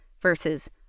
versus